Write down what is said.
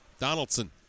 Donaldson